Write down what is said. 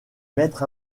maître